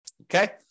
okay